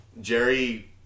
Jerry